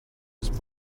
his